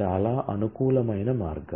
చాలా అనుకూలమైన మార్గం